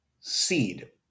seed